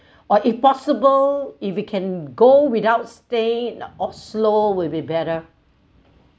or if possible if we can go without stay in oslo will be better